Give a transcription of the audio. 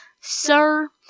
Sir